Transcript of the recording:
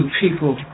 people